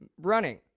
running